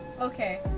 okay